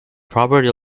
property